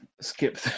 skip